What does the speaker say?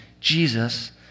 Jesus